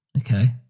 Okay